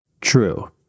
true